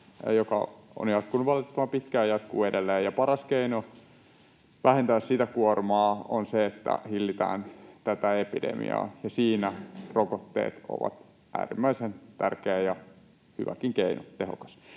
joka on jatkunut valitettavan pitkään ja jatkuu edelleen. Paras keino vähentää sitä kuormaa on se, että hillitään tätä epidemiaa, ja siinä rokotteet ovat äärimmäisen tärkeä ja hyväkin, tehokas